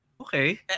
Okay